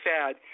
sad